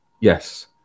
Yes